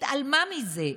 והתעלמה מזה,